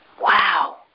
Wow